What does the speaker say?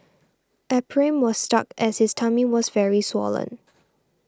Ephraim was stuck as his tummy was very swollen